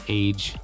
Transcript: age